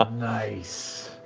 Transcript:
nice.